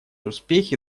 успехи